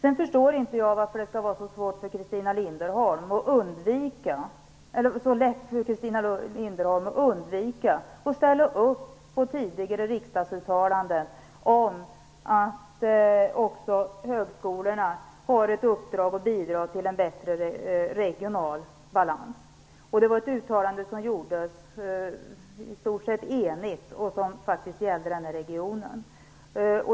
Jag förstår inte att det skall vara så svårt för Christina Linderholm att ställa upp bakom tidigare riksdagsuttalanden om att också högskolorna har ett uppdrag när det gäller att bidra till en bättre regional balans. Det var ett i stort sett enigt uttalande som gjordes om denna region.